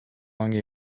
along